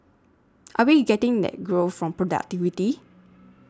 are we getting that growth from productivity